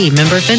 member